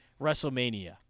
WrestleMania